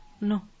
No